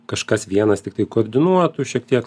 kažkas vienas tiktai koordinuotų šiek tiek